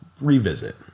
revisit